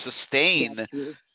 sustain